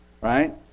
Right